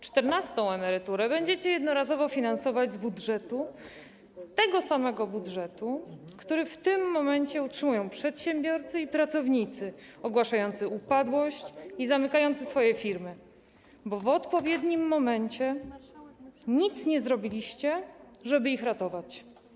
Czternastą emeryturę będziecie jednorazowo finansować z budżetu, tego samego budżetu, który w tym momencie utrzymują przedsiębiorcy i pracownicy ogłaszający upadłość i zamykający swoje firmy, bo w odpowiednim momencie nie zrobiliście nic, żeby ich ratować.